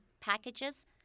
packages